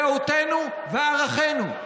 דעותינו וערכנו.